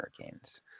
Hurricanes